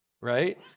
Right